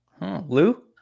Lou